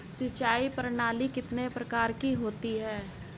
सिंचाई प्रणाली कितने प्रकार की होती हैं?